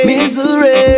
Misery